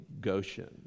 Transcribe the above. Goshen